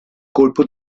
colpo